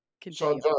continue